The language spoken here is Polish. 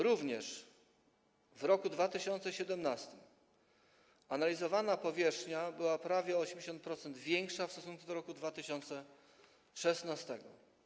Również w roku 2017 analizowana powierzchnia była prawie o 80% większa w stosunku do roku 2016.